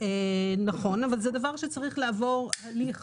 נכון, אבל זה דבר שצריך לעבור הליך